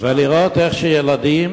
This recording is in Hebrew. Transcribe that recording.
לראות איך ילדים